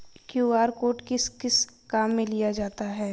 QR code किस किस काम में लिया जाता है?